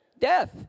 death